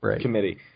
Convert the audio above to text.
committee